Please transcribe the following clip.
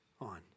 on